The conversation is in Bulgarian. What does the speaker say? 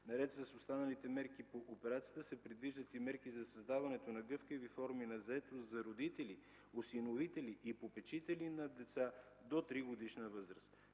Наред с останалите мерки по операцията се предвиждат и мерки за създаването на гъвкави форми на заетост за родители, осиновители и попечители на деца до 3-годишна възраст,